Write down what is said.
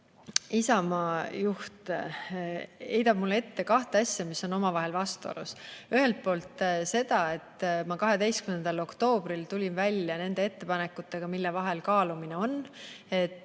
Isamaa juht heidab mulle ette kahte asja, mis on omavahel vastuolus. Ühelt poolt seda, et ma 12. oktoobril tulin välja nende ettepanekutega, mille vahel kaalumine on.